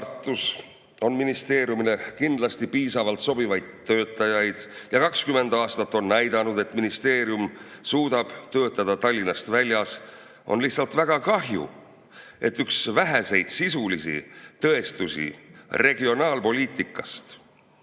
Tartus on ministeeriumile kindlasti piisavalt sobivaid töötajaid ja 20 aastat on näidanud, et ministeerium suudab töötada Tallinnast väljas, on lihtsalt väga kahju, et üks väheseid sisulisi tõestusi regionaalpoliitikast